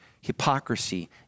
hypocrisy